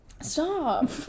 Stop